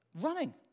Running